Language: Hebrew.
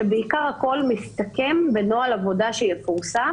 שבעיקר הכול מסתכם בנוהל עבודה שיפורסם